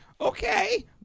Okay